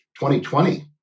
2020